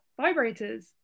vibrators